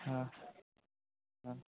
हँ हँ